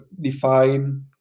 define